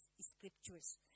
scriptures